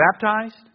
baptized